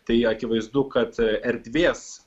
tai akivaizdu kad erdvės